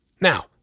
Now